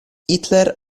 hitler